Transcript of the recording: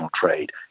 trade